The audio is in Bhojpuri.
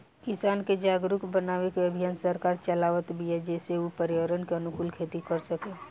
किसान के जागरुक बनावे के अभियान सरकार चलावत बिया जेसे उ पर्यावरण के अनुकूल खेती कर सकें